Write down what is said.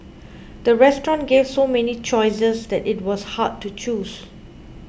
the restaurant gave so many choices that it was hard to choose